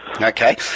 Okay